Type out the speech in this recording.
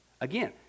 Again